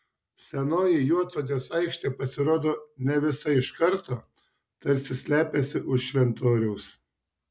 senoji juodsodės aikštė pasirodo ne visa iš karto tarsi slepiasi už šventoriaus